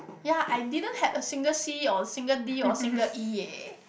ya I didn't had a single C or single D or single E ya